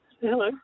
Hello